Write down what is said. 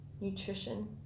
nutrition